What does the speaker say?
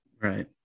Right